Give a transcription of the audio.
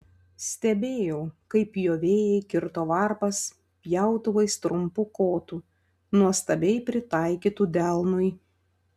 stebėjau kaip pjovėjai kirto varpas pjautuvais trumpu kotu nuostabiai pritaikytu delnui